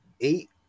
eight